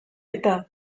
eta